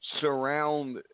surround